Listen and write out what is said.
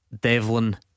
Devlin